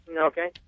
Okay